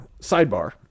Sidebar